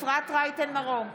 נגד אפרת רייטן מרום,